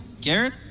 Garrett